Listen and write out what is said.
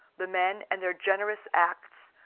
the men and their generous acts,